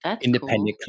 independent